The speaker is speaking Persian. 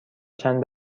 چند